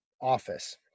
office